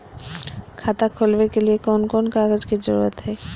खाता खोलवे के लिए कौन कौन कागज के जरूरत है?